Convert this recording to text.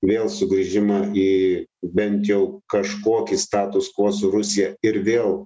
vėl sugrįžimą į bent jau kažkokį status kvo su rusija ir vėl